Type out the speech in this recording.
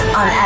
on